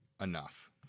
enough